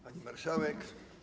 Pani Marszałek!